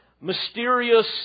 mysterious